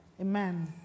Amen